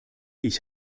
ich